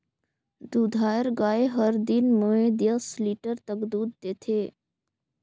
दूधाएर गाय हर दिन में दस लीटर तक दूद देथे